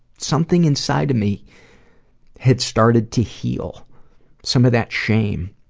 something inside of me had started to heal some of that shame.